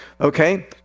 Okay